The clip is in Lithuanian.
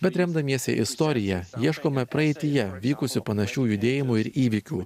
bet remdamiesi istorija ieškome praeityje vykusių panašių judėjimų ir įvykių